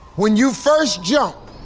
when you first jump,